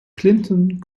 clinton